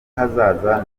hazaza